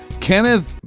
Kenneth